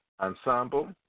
ensemble